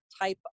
type